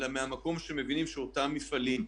אלא מהמקום שמבינים שאותם מפעלים,